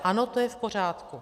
Ano, to je v pořádku.